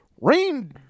Rain